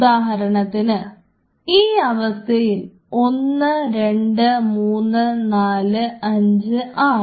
ഉദാഹരണത്തിന് ഈ അവസ്ഥയിൽ 1 2 3 4 5 6